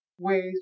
ways